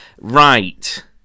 Right